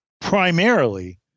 primarily